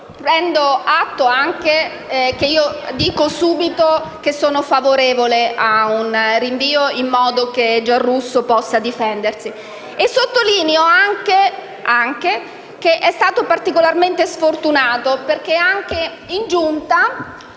senatrice Puppato)*. Dico subito che sono favorevole a un rinvio in modo che Giarrusso possa difendersi. Sottolineo che è stato particolarmente sfortunato, perché anche in Giunta,